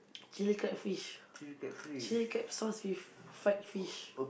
chilli crab fish chilli crab sauce with fried fish